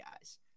guys